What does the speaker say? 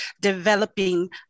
developing